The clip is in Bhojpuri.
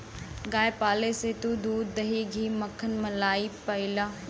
गाय पाले से तू दूध, दही, घी, मक्खन, मलाई पइबा